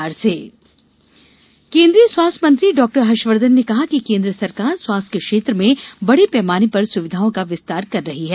आत्मनिर्भर मप्र वेबीनार केन्द्रीय स्वास्थ्य मंत्री डाक्टर हर्षवर्द्वन ने कहा है कि केन्द्र सरकार स्वास्थ्य के क्षेत्र में बडे पैमाने पर सुविधाओं का विस्तार कर रही है